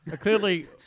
Clearly